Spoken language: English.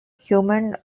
human